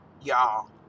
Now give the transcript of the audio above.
y'all